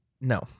no